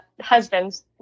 husbands